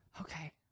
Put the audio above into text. Okay